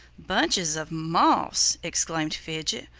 bunches of moss! exclaimed fidget.